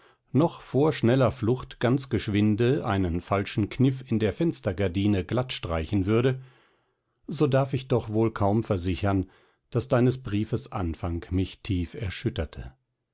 noch vor schneller flucht ganz geschwinde einen falschen kniff in der fenstergardine glattstreichen würde so darf ich doch wohl kaum versichern daß deines briefes anfang mich tief erschütterte